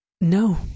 no